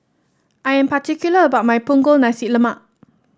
I am particular about my Punggol Nasi Lemak